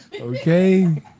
Okay